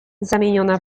zamieniona